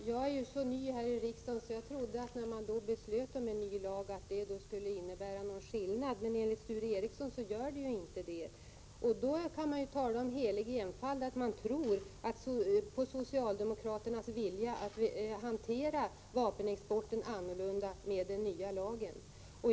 Herr talman! Jag är så ny här i riksdagen att jag trodde att om riksdagen har beslutat om en ny lag skall det innebära en skillnad. Men enligt Sture Ericson gör det inte det. Det går ju att tala om helig enfald om vi tror på socialdemokraternas vilja att hantera vapenexporten annorlunda med den nya lagen.